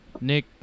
Nick